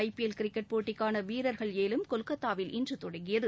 IPL cricket போட்டிக்கான வீரர்கள் ஏலம் கொல்கத்தாவில் இன்று தொடங்கியது